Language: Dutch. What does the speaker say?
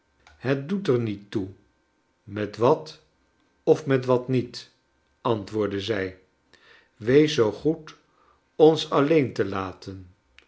het doet er niet toe met wat of met wat niet antwoordde zij wees zoo goed ons alleen te lateru